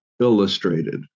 illustrated